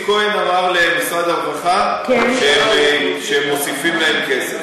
כהן אמר למשרד הרווחה שהם מוסיפים להם כסף.